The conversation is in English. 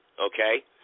okay